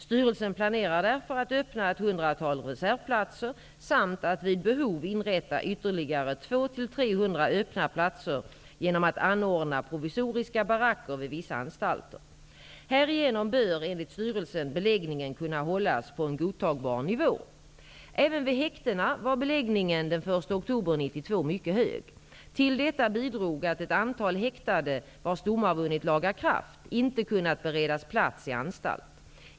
Styrelsen planerar därför att öppna ett 100-tal reservplatser samt att vid behov inrätta ytterligare Härigenom bör enligt styrelsen beläggningen kunna hållas på en godtagbar nivå. 1992 mycket hög. Till detta bidrog att ett antal häktade, vars domar vunnit laga kraft, inte kunnat beredas plats i anstalt.